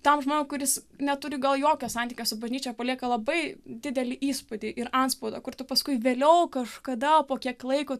tam žmogui kuris neturi gal jokio santykio su bažnyčia palieka labai didelį įspūdį ir antspaudą kur tu paskui vėliau kažkada po kiek laiko